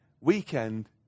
Weekend